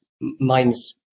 mine's